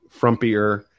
frumpier